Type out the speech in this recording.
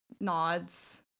nods